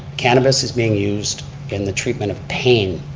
cannabis is being used in the treatment of pain,